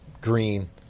green